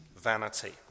vanity